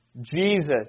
Jesus